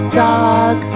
dog